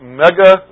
mega